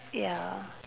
ya